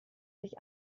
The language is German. sich